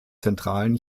zentralen